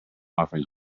offering